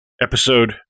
Episode